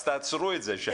אז תעצרו את זה.